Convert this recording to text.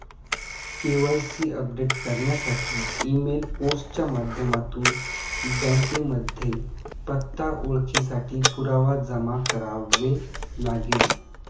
KYC update करण्यासाठी email, post च्या माध्यमातून बँकेमध्ये पत्ता, ओळखेसाठी पुरावा जमा करावे लागेल